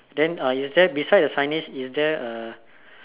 then uh is there beside the signage is there a